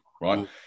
right